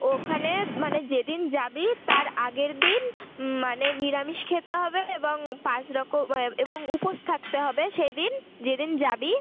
ওখানে মানে যে দিন যাবি তার আগের দিন মানে নিরামিষ খেতে হবে এবং পাঁচ রকম এবং উপোস থাকতে হবে সেই দিন যে দিন যাবি